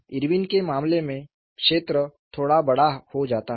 Irwin के मामले में क्षेत्र थोड़ा बड़ा हो जाता है